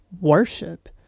worship